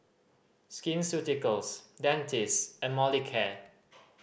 Skin Ceuticals Dentiste and Molicare